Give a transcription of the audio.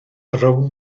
rownd